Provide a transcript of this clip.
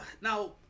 Now